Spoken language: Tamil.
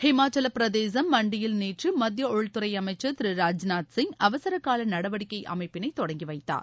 ஹிமாச்சலப்பிரதேசம் மண்டியில் நேற்று மத்திய உள்துறை அமைச்சர் திரு ராஜ்நாத் சிங் அவசரகால நடவடிக்கை அமைப்பினை தொடங்கிவைத்தார்